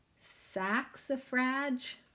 Saxifrage